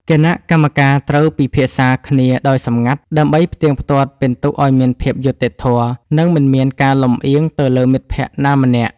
គណៈកម្មការត្រូវពិភាក្សាគ្នាដោយសម្ងាត់ ដើម្បីផ្ទៀងផ្ទាត់ពិន្ទុឱ្យមានភាពយុត្តិធម៌ និងមិនមានការលម្អៀងទៅលើមិត្តភក្តិណាម្នាក់។